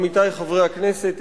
עמיתי חברי הכנסת,